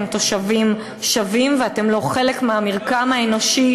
תושבים שווים ואתם לא חלק מהמרקם האנושי,